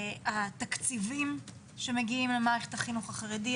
התקציבים שמגיעים למערכת החינוך החרדית,